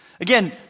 Again